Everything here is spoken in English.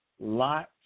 Lots